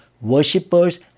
worshippers